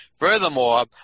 Furthermore